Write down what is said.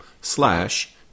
slash